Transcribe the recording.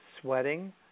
sweating